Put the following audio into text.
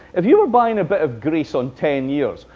if you were buying a bit of greece on ten years,